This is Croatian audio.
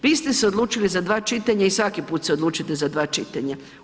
Vi ste se odlučili za dva čitanja i svaki put se odlučite za dva čitanja.